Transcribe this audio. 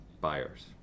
buyers